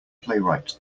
playwright